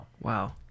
Wow